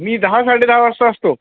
मी दहा साडे दहा वाजता असतो